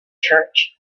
church